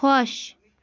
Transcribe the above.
خۄش